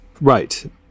Right